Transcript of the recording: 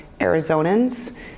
Arizonans